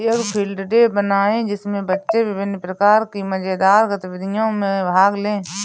एक field day बनाएं जिसमें बच्चे विभिन्न प्रकार की मजेदार गतिविधियों में भाग लें